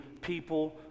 people